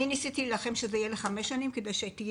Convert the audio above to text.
אני ניסיתי להילחם שזה יהיה לחמש שנים כדי שתהיה